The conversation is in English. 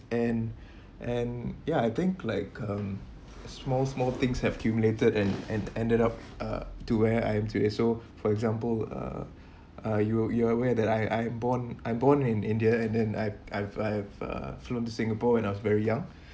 and and ya I think like um small small things have accumulated and and ended up uh to where I am today so for example uh are you you are aware that I I born I born in india and then I I've I've uh flew to singapore when I was very young